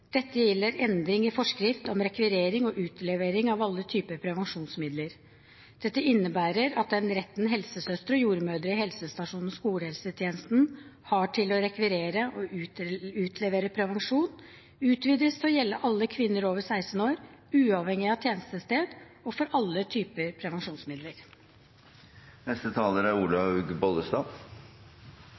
Dette gjelder endring i forskrift om rekvirering og utlevering av alle typer prevensjonsmidler. Dette innebærer at den retten helsesøstre og jordmødre i helsestasjons- og skolehelsetjenesten har til å rekvirere og utlevere prevensjon, utvides til å gjelde alle kvinner over 16 år, uavhengig av tjenestested og for alle typer